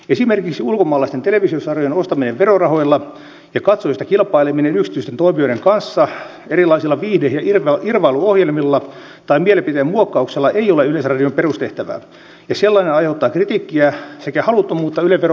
esimerkiksi ulkomaalaisten televisiosarjojen ostaminen verorahoilla ja katsojista kilpaileminen yksityisten toimijoiden kanssa erilaisilla viihde ja irvailuohjelmilla tai mielipiteen muokkauksella ei ole yleisradion perustehtävää ja sellainen aiheuttaa kritiikkiä sekä haluttomuutta yle veron maksamiseen